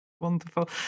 Wonderful